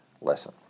lesson